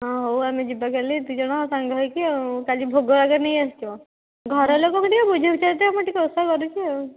ହଁ ହଉ ଆମେ ଯିବା କାଲି ଦୁଇ ଜଣ ସାଙ୍ଗ ହୋଇକି ଆଉ କାଲି ଭୋଗ ରାଗ ନେଇଆସିଥିବ ଘର ଲୋକଙ୍କୁ ଟିକିଏ ବୁଝାଇ ବୁଝା ଦିଅ ମୁଁ ଟିକିଏ ଓଷା କରୁଛି ଆଉ